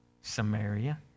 Samaria